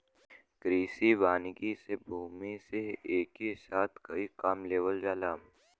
कृषि वानिकी से भूमि से एके साथ कई काम लेवल जाला